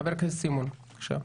חבר הכנסת סימון, בבקשה.